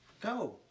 Go